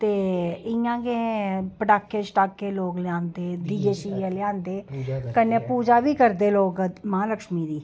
ते इ'यां गै पटाके शटाके लोग लैआंदे ते दिये शिये लेआंदे कन्नै पूजा बी करदे लोक महालक्षमी दी